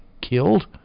killed